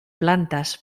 plantas